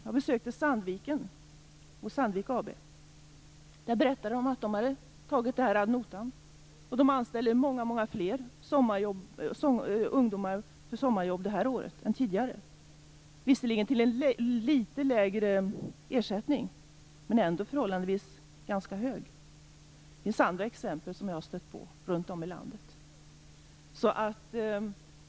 Jag har besökt Sandviken och Sandvik AB, där man berättade att man hade tagit det här ad notam och det här året anställer många fler ungdomar för sommarjobb än tidigare. Det sker med en litet lägre ersättning, som dock förhållandevis är ganska hög. Det finns också andra exempel som jag har stött på runt om i landet.